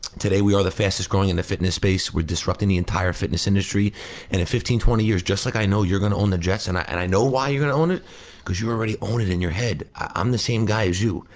today we are the fastest growing in the fitness space, we're disrupting the entire fitness industry and, twenty years, just like i know you're gonna own the jets and and i know why you're gonna own it cause you already own it in your head. i'm the same guy as you.